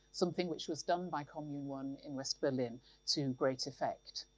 something which was done by commune one in west berlin to great effect.